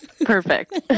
Perfect